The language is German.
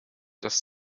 das